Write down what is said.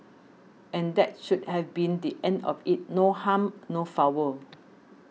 and that should have been the end of it no harm no foul